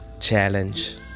challenge